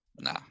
Nah